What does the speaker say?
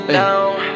down